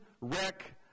wreck